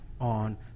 on